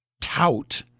tout